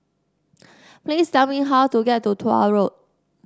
please tell me how to get to Tuah Road